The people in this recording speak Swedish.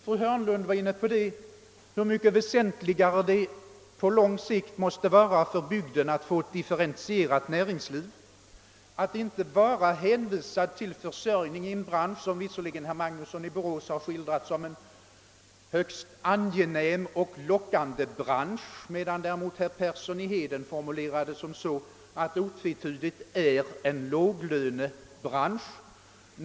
Fru Hörnlund var inne på hur mycket väsentligare det på lång sikt måste vara för bygden att få ett differentierat näringsliv — att inte bara hänvisa till försörjning i en bransch, som visserligen herr Magnusson i Borås skildrat som en högst angenäm och lockande bransch men som herr Persson i Heden förklarat otvetydigt vara en låglönebransch.